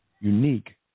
unique